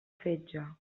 fetge